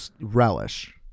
relish